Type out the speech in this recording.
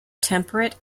temperate